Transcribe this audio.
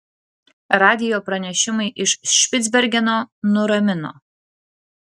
radijo pranešimai iš špicbergeno nuramino